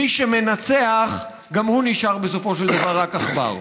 מי שמנצחף גם הוא נשאר בסופו של דבר רק עכבר.